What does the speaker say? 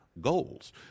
goals